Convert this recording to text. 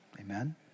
amen